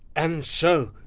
and so,